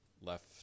left